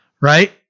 right